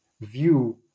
view